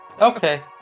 Okay